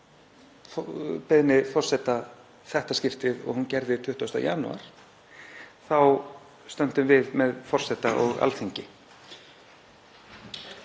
beiðni forseta í þetta skiptið og hún gerði 20. janúar þá stöndum við með forseta og Alþingi.